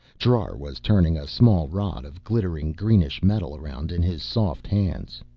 trar was turning a small rod of glittering, greenish metal around in his soft hands.